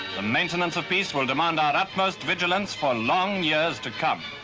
the maintenance of peace will demand our utmost vigilance for long years to come.